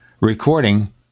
recording